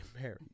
married